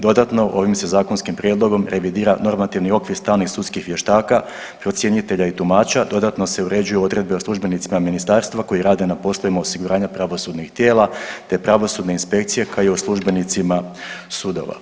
Dodatno ovim se zakonskim prijedlogom revidira normativni okvir stalnih sudskih vještaka, procjenitelja i tumača, dodatno se uređuju odredbe o službenicima ministarstva koji rade na poslovima osiguranja pravosudnih tijela te pravosudne inspekcije kao i o službenicima sudova.